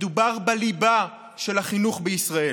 מדובר בליבה של החינוך בישראל.